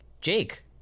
Jake